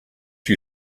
you